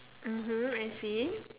mmhmm I see